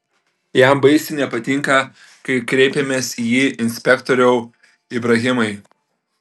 jam baisiai nepatinka kai kreipiamės į jį inspektoriau ibrahimai